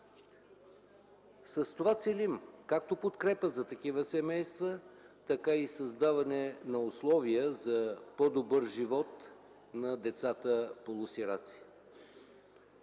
С това целим както подкрепа за такива семейства, така и създаване на условия за по-добър живот на децата полусираци.